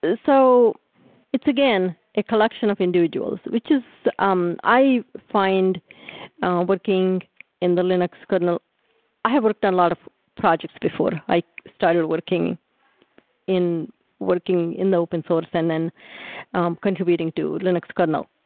so it's, again, a collection of individuals, which is um i find working in the linux kernel i have worked on a lot of projects before. i started working in working in the open source and then um contributing to linux kernel.